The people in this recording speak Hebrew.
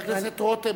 חבר הכנסת רותם,